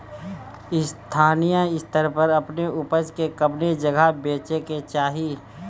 स्थानीय स्तर पर अपने ऊपज के कवने जगही बेचे के चाही?